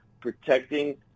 protecting